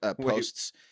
posts